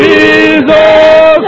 Jesus